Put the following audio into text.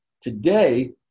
Today